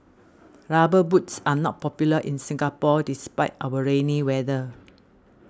rubber boots are not popular in Singapore despite our rainy weather